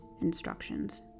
instructions